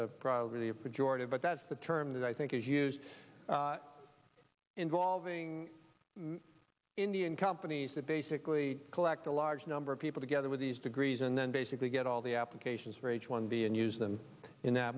probably a projected but that's the term that i think is used involving many indian companies that basically collect a large number of people together with these degrees and then basically get all the applications for h one b and use them in that